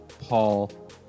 Paul